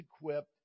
equipped